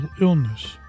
illness